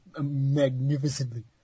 magnificently